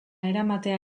eramatea